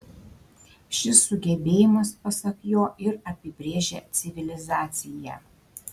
šis sugebėjimas pasak jo ir apibrėžia civilizaciją